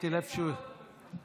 עמר בר לב, באי-אמון שלי.